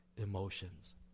emotions